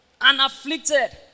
Unafflicted